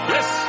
Yes